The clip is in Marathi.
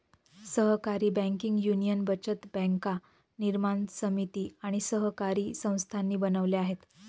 सहकारी बँकिंग युनियन बचत बँका निर्माण समिती आणि सहकारी संस्थांनी बनवल्या आहेत